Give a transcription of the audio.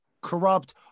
corrupt